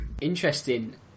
Interesting